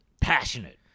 passionate